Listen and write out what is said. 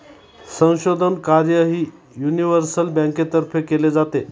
संशोधन कार्यही युनिव्हर्सल बँकेतर्फे केले जाते